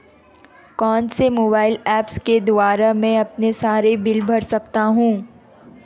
कौनसे mobile apps के द्वारा मैं अपने सारे बिल भर सकता हूं?